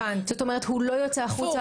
הוא לא יוצא החוצה,